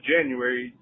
January